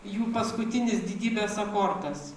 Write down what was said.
jų paskutinis didybės akordas